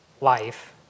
life